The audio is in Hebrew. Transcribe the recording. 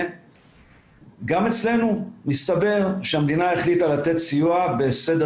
גם אצלנו מסתבר שהמדינה החליטה לתת סיוע בסדר